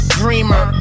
dreamer